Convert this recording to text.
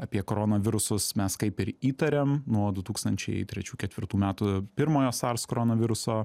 apie koronavirusus mes kaip ir įtarėm nuo du tūkstančiai trečių ketvirtų metų pirmojo sars koronaviruso